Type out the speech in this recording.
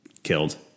Killed